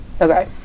okay